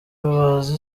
babaza